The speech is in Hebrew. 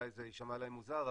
אולי זה יישמע להם מוזר,